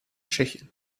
tschechien